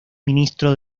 ministro